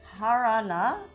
Harana